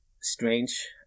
strange